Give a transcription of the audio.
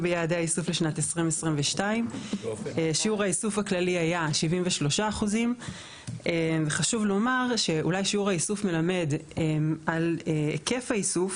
ביעדי האיסוף לשנת 2022. שיעור האיסוף הכללי היה 73%. וחשוב לומר שאולי שיעור האיסוף מלמד על היקף האיסוף,